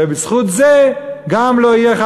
ובזכות זה גם לא תהיה,